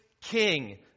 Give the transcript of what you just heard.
King